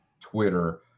twitter